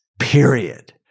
period